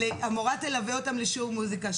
המורה תלווה אותם לשיעור מוזיקה.